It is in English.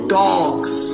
dogs